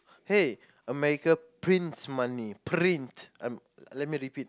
hey America prints money print um let me repeat